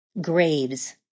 Graves